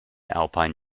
alpine